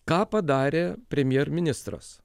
ką padarė premjerministras